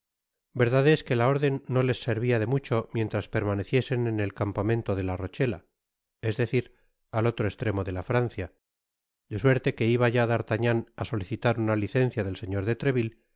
verdad esque la órden no les servia de mucho mientras permaneciesen en el campamento de la rochela es decir at otro estremo de la francia de suerte que iba ya d'artagnan á solicitar una licencia del señor de treville